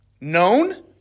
Known